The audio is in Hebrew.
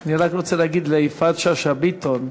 אני רק רוצה להגיד ליפעת שאשא ביטון,